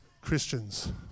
Christians